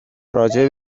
راجع